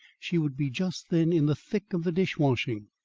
she would be just then in the thick of the dish-washing.